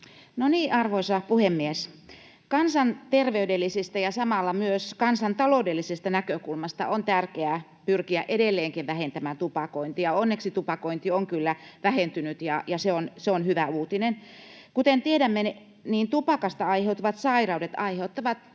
arvoisa puhemies! Kansanterveydellisestä ja samalla myös kansantaloudellisesta näkökulmasta on tärkeää pyrkiä edelleenkin vähentämään tupakointia. Onneksi tupakointi on kyllä vähentynyt, ja se on hyvä uutinen. Kuten tiedämme, tupakasta aiheutuvat sairaudet aiheuttavat erittäin